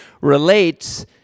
relates